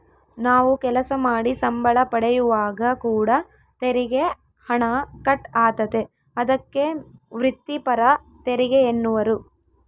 ನಾವು ಕೆಲಸ ಮಾಡಿ ಸಂಬಳ ಪಡೆಯುವಾಗ ಕೂಡ ತೆರಿಗೆ ಹಣ ಕಟ್ ಆತತೆ, ಅದಕ್ಕೆ ವ್ರಿತ್ತಿಪರ ತೆರಿಗೆಯೆನ್ನುವರು